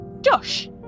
Josh